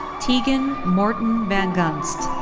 teegan morton van gunst.